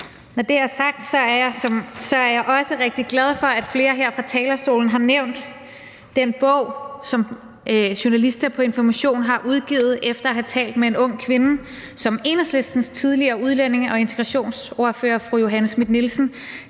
Når det er sagt, er jeg også rigtig glad for, at flere her fra talerstolen har nævnt den bog, som journalister på Information har udgivet efter at have talt med en ung kvinde, som Enhedslistens tidligere udlændinge- og integrationsordfører, fru Johanne Schmidt-Nielsen,